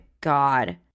God